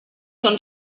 són